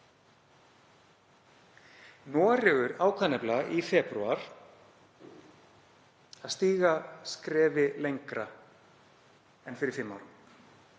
Noregur ákvað nefnilega í febrúar að stíga skrefi lengra en fyrir fimm árum.